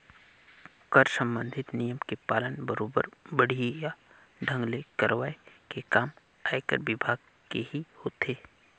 कर संबंधित नियम के पालन बरोबर बड़िहा ढंग ले करवाये के काम आयकर विभाग केही होथे